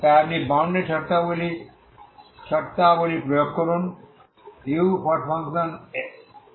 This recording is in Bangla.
তাই আপনি বাউন্ডারি শর্তাবলী প্রয়োগ করেন